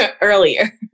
earlier